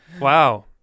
wow